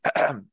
Okay